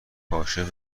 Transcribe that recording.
کاشف